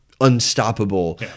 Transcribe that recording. unstoppable